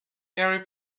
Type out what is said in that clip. gary